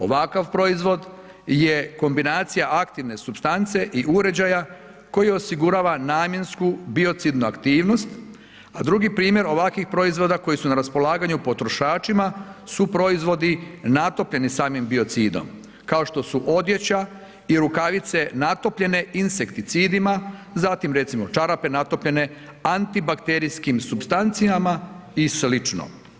Ovakav proizvod je kombinacija aktivne supstance i uređaja koji osigurava namjensku biocidnu aktivnost, a drugi primjer ovakvih proizvoda koji su na raspolaganju potrošačima su proizvodi natopljeni samim biocidom kao što su odjeća i rukavice natopljene insekticidima, zatim recimo čarape natopljene antibakterijskim supstancijama i slično.